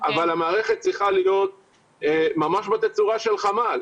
אבל המערכת צריכה להיות ממש בתצורה של חמ"ל.